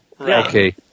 Okay